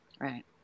Right